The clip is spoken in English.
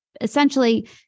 essentially